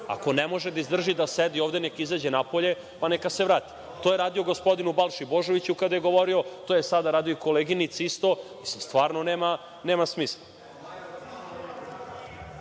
Ako ne može da izdrži da sedi ovde, neka izađe napolje, pa neka se vrati. To je radio gospodinu Balši Božoviću kada je govorio, to je sada radio i koleginici isto, mislim, stvarno nema smisla.